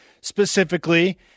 specifically